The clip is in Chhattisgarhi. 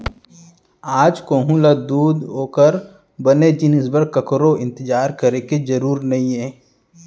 आज कोहूँ ल दूद ओकर बने जिनिस बर ककरो इंतजार करे के जरूर नइये